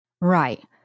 Right